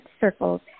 circles